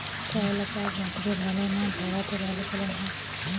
করলা চাষ মাটিতে ভালো না ভেরাতে ভালো ফলন হয়?